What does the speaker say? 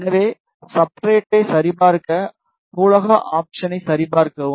எனவே சப்ஸ்ட்ரட்டை சரிபார்க்க நூலக ஆப்ஷனை சரிபார்க்கவும்